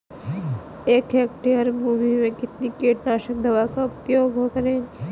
एक हेक्टेयर भूमि में कितनी कीटनाशक दवा का प्रयोग करें?